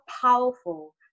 powerful